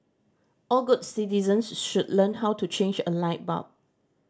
all good citizens should learn how to change a light bulb